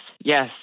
Yes